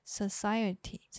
society